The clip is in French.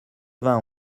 vingt